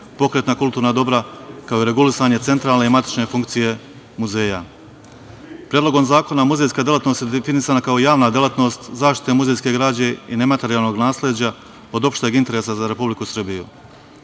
pokretna kulturna dobra, kao i regulisanje centralne i matične funkcije muzeja. Predlogom zakona muzejska delatnost je definisana kao javna delatnost zaštite muzejske građe i nematerijalnog nasleđa od opšteg interesa za Republiku Srbiju.